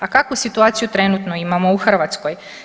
A kakvu situaciju trenutno imamo u Hrvatskoj?